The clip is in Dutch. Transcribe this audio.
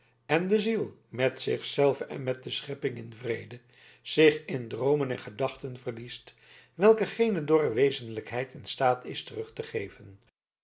en de ziel met zich zelve en met de schepping in vrede zich in droomen en gedachten verliest welke geene dorre wezenlijkheid in staat is terug te geven